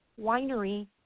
Winery